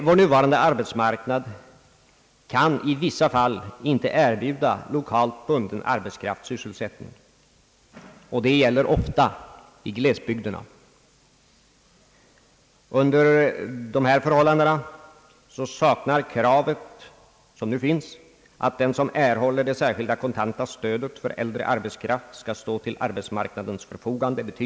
Vår nuvarande arbetsmarknad kan i vissa fall inte erbjuda lokalt bunden arbetskraft sysselsättning, och det gäller ofta i glesbygderna. Under dessa förhållanden saknar det krav, som nu finns, betydelse, nämligen att den som erhåller det särskilda kontanta stödet för äldre arbetskraft skall stå till arbetsmarknadens förfogande.